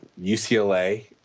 ucla